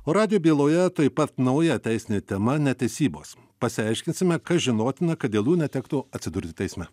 o radijo byloje taip pat nauja teisinė tema netesybos pasiaiškinsime kas žinotina kad dėl jų netektų atsidurti teisme